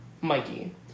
Mikey